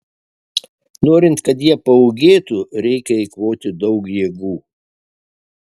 norint kad jie paūgėtų reikia eikvoti daug jėgų